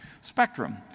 Spectrum